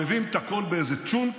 מערבבים את הכול באיזה טשולנט